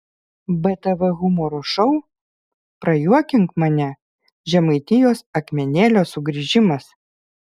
btv humoro šou prajuokink mane žemaitijos akmenėlio sugrįžimas